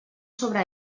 sobre